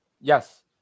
Yes